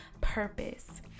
purpose